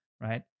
right